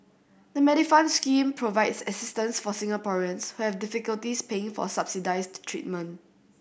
the Medifund scheme provides assistance for Singaporeans who have difficulties paying for subsidized treatment